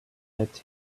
that